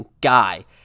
guy